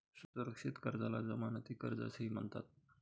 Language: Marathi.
सुरक्षित कर्जाला जमानती कर्ज असेही म्हणतात